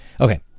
Okay